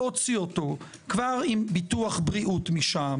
להוציא אותו עם ביטוח בריאות משם,